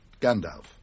Gandalf